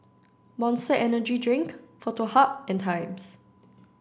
Monster Energy Drink Foto Hub and Times